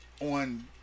On